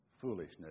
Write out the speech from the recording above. foolishness